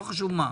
לא חשוב מה,